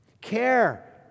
Care